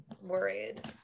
worried